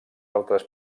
altres